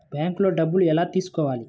బ్యాంక్లో డబ్బులు ఎలా తీసుకోవాలి?